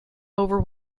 over